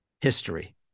history